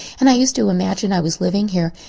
and i used to imagine i was living here,